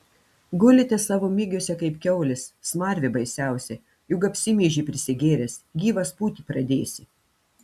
gulite savo migiuose kaip kiaulės smarvė baisiausia juk apsimyži prisigėręs gyvas pūti pradėsi